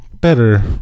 better